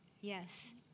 Yes